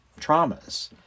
traumas